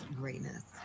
greatness